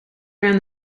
ran